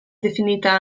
definita